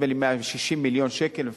נדמה לי 160 מיליון שקל,